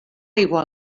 aigua